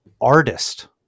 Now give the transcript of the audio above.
artist